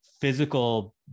physical